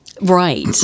Right